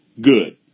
good